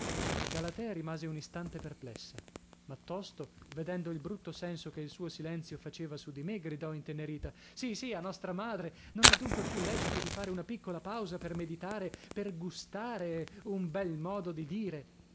galatea rimase un istante perplessa ma tosto vedendo il brutto senso che il suo silenzio faceva su di me gridò intenerita sì sì a nostra madre non è dunque più lecito di fare una piccola pausa per meditare per gustare un bel modo di direi e